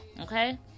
Okay